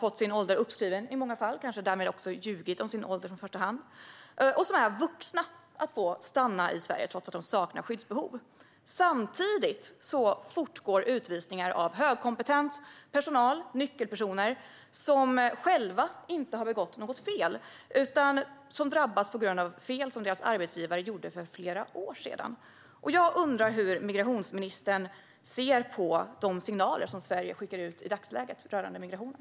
Det är endast dessa som omfattas. De kan i många fall ha fått sin ålder uppskriven, och har kanske därmed ljugit om sin ålder från första början, och är vuxna. Samtidigt fortgår utvisningar av högkompetent personal och nyckelpersoner som själva inte har begått något fel utan drabbas på grund av fel som deras arbetsgivare gjorde för flera år sedan. Jag undrar hur migrationsministern ser på de signaler som Sverige skickar ut i dagsläget när det gäller migrationen.